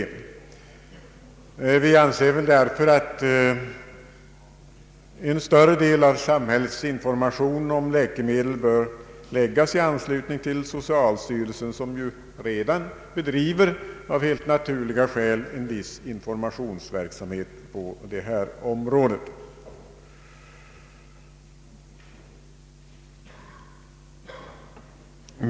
Vi anser därför att en större del av samhällsinformationen om läkemedel bör läggas på socialstyrelsen som redan av helt naturliga skäl bedriver en viss informationsverksamhet på området.